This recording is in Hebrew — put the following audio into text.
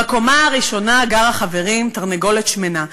בקומה הראשונה גרה, חברים, תרנגולת שמנה.